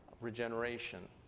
regeneration